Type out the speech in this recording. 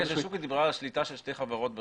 אבל דיברו על שליטה של שתי חברות בשוק.